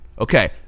Okay